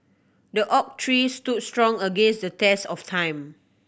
the oak tree stood strong against the test of time